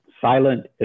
silent